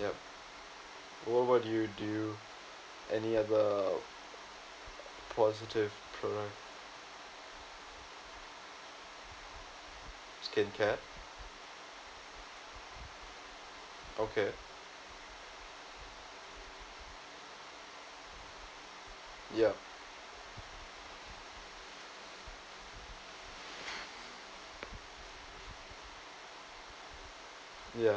yup what about you do you any other positive pro~ skincare okay yup yeah